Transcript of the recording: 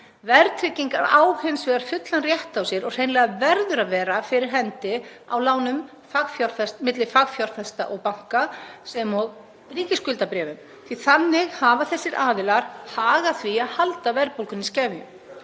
Verðtrygging á hins vegar fullan rétt á sér og hreinlega verður að vera fyrir hendi á lánum milli fagfjárfesta og banka sem og á ríkisskuldabréfum því þannig hafa þessir aðilar hag af því að halda verðbólgunni í skefjum.